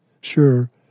Sure